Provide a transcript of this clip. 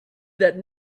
that